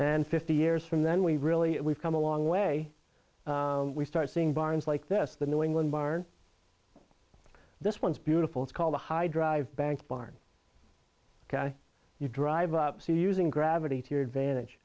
and fifty years from then we really we've come a long way we start seeing barns like this the new england barn this once beautiful it's called a high drive bank barn you drive up so using gravity to your advantage